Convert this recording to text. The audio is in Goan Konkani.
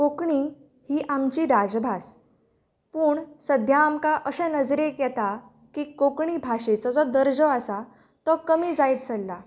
कोंकणी ही आमची राजभास पूण सद्द्या आमकां अशें नदरेक येता की कोंकणी भाशेचो जो दर्जो आसा तो कमी जायत चल्ला